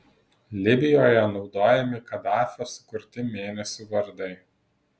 libijoje naudojami kadafio sukurti mėnesių vardai